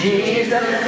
Jesus